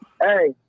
Hey